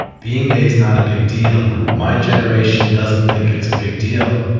being gay is not a big deal. my generation doesn't think it's a big deal.